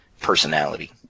personality